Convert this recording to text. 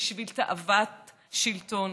ובשביל תאוות שלטון.